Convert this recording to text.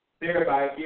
thereby